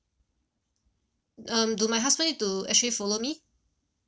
um do my husband need to actually follow me